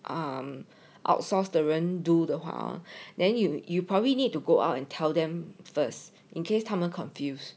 um out~ outsource 的人 do 的话 then you you probably need to go out and tell them first in case 他们 confuse